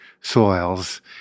soils